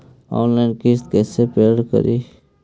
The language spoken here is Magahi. ऑनलाइन किस्त कैसे पेड करि?